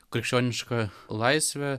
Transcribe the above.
krikščioniška laisve